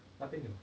那边有